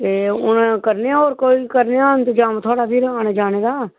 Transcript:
हून कोई करने आं कोई होर इंतजाम थुआढ़ा फिर आने जाने दा